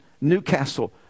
Newcastle